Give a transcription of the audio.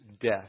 death